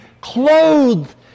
clothed